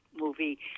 movie